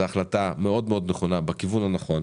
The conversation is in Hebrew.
זו החלטה מאד מאד נכונה בכיוון הנכון,